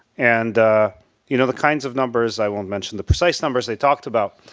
and you know the kinds of numbers i won't mention the precise numbers they talked about.